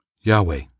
Yahweh